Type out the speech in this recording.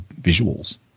visuals